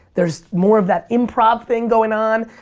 there's more of that improv thing going on.